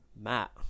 Matt